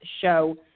show